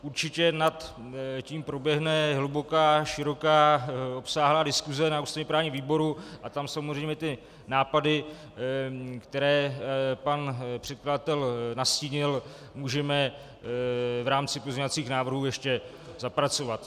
Určitě nad tím proběhne hluboká, široká, obsáhlá diskuse na ústavněprávním výboru a tam samozřejmě nápady, které pan předkladatel nastínil, můžeme v rámci pozměňovacích návrhů ještě zapracovat.